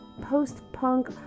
post-punk